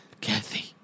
Kathy